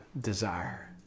desire